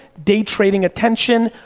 day trading attention,